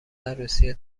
عروسی